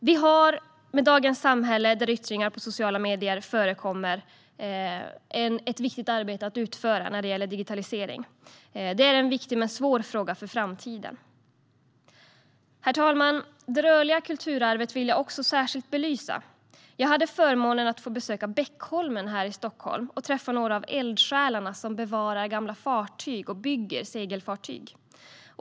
Vi har i dagens samhälle, där yttringar på sociala medier förekommer, ett viktigt arbete att utföra när det gäller digitalisering. Detta är en viktig men svår fråga för framtiden. Herr talman! Det rörliga kulturarvet vill jag också särskilt belysa. Jag hade förmånen att få besöka Beckholmen här i Stockholm och träffa några av eldsjälarna som bevarar gamla fartyg och bygger segelfartyg.